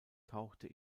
tauchte